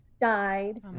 died